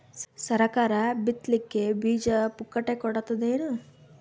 ಸರಕಾರ ಬಿತ್ ಲಿಕ್ಕೆ ಬೀಜ ಪುಕ್ಕಟೆ ಕೊಡತದೇನು?